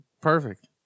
perfect